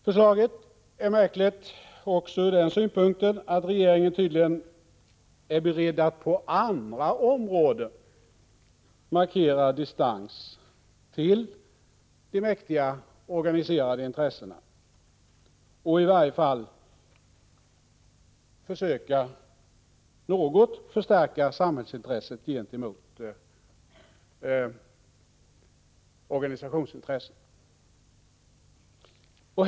Förslaget är märkligt också ur den synpunkten att regeringen tydligen är beredd att på andra områden markera distans till de mäktiga organiserade intressena och att i vart fall försöka något förstärka samhällsintresset gentemot organisationsintressena.